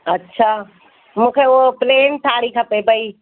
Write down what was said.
अछा मूंखे हो प्लेन साड़ी खपे भई